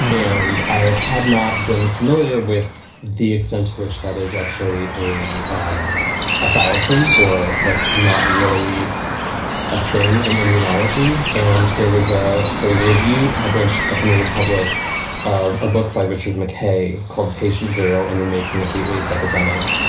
and i had not been familiar with the extent to which that is actually a a fallacy or like not really a thing in immunology. and there was a there was a review published at the new republic of a book by richard mackay called patient zero and the making of the aids epidemic.